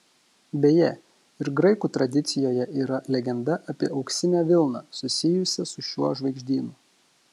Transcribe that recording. beje ir graikų tradicijoje yra legenda apie auksinę vilną susijusią su šiuo žvaigždynu